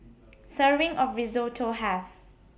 Serving of Risotto Have